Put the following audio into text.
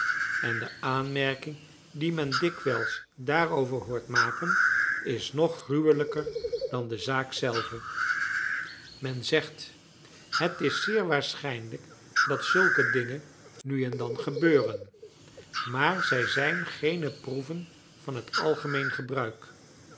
en de aanmerking die men dikwijls daarover hoort maken is nog gruwelijker dan de zaak zelve men zegt het is zeer waarschijnlijk dat zulke dingen nu en dan gebeuren maar zij zijn geene proeven van het algemeen gebruik